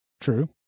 True